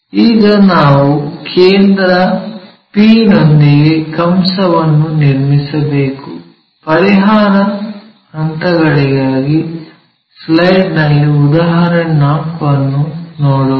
ಈಗ ನಾವು ಕೇಂದ್ರ p ನೊಂದಿಗೆ ಕಂಸವನ್ನು ನಿರ್ಮಿಸಬೇಕು ಪರಿಹಾರ ಹಂತಗಳಿಗಾಗಿ ಸ್ಲೈಡ್ ನಲ್ಲಿ ಉದಾಹರಣೆ 4 ಅನ್ನು ನೋಡೋಣ